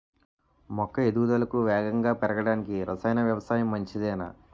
మొక్క ఎదుగుదలకు వేగంగా పెరగడానికి, రసాయన వ్యవసాయం మంచిదేనా?